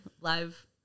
live